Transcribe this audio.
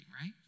right